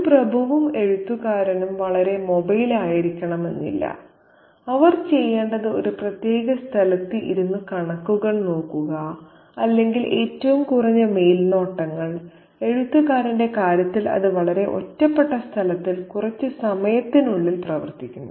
ഒരു പ്രഭുവും എഴുത്തുകാരനും വളരെ മൊബൈൽ ആയിരിക്കണമെന്നില്ല അവർ ചെയ്യേണ്ടത് ഒരു പ്രത്യേക സ്ഥലത്ത് ഇരുന്ന് കണക്കുകൾ നോക്കുക അല്ലെങ്കിൽ ഏറ്റവും കുറഞ്ഞ മേൽനോട്ടങ്ങൾ എഴുത്തുകാരന്റെ കാര്യത്തിൽ അത് വളരെ ഒറ്റപ്പെട്ട സ്ഥലത്തിൽ കുറച്ച് സമയത്തിനുള്ളിൽ പ്രവർത്തിക്കുന്നു